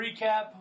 recap